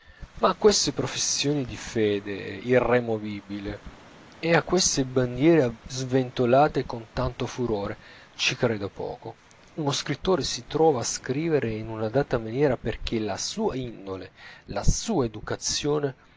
ma a queste professioni di fede irremovibile e a queste bandiere sventolate con tanto furore ci credo poco uno scrittore si trova a scrivere in una data maniera perchè la sua indole la sua educazione